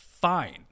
fine